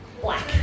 Black